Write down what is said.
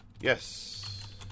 Yes